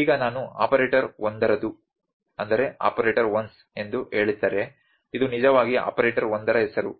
ಈಗ ನಾನು ಆಪರೇಟರ್ ಒಂದರದುoperator one's ಎಂದು ಹೇಳಿದರೆ ಇದು ನಿಜವಾಗಿ ಆಪರೇಟರ್ ಒಂದರ ಹೆಸರು